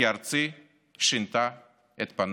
כי ארצי שינתה את פניה".